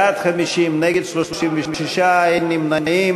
בעד, 50, נגד, 36, אין נמנעים.